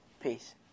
Peace